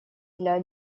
для